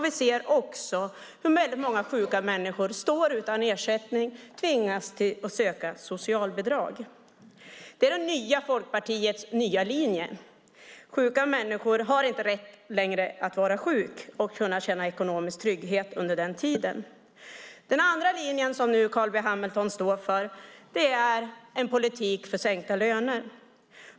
Vi ser hur många sjuka människor står utan ersättning och tvingas söka socialbidrag. Det är det nya Folkpartiets nya linje. Sjuka människor har inte längre rätt att vara sjuka och känna ekonomisk trygghet under den tiden. Den andra linjen som Carl B Hamilton står för är en politik för sänkta löner.